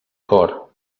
cor